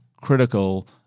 critical